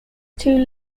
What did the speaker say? two